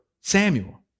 Samuel